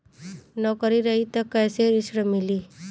नौकरी रही त कैसे ऋण मिली?